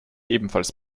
ebenfalls